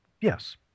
yes